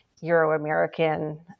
Euro-American